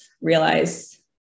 realize